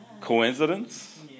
Coincidence